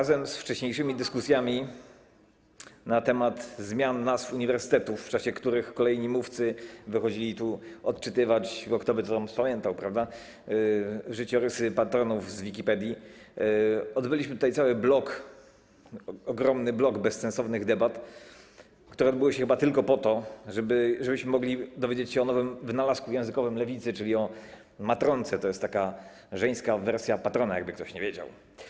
Razem z wcześniejszymi dyskusjami na temat zmian nazw uniwersytetów - w czasie których kolejni mówcy wychodzili tu odczytywać, bo kto by to spamiętał, życiorysy patronów z Wikipedii - odbyliśmy tutaj cały blok, ogromny blok bezsensownych debat, które odbyły się chyba tylko po to, żebyśmy mogli dowiedzieć się o nowym wynalazku językowym Lewicy, czyli o matronce - to jest żeńska wersja patrona, jakby ktoś nie wiedział.